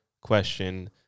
question